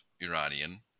Iranian